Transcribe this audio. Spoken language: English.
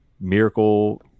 miracle